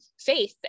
faith